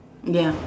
ya